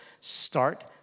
start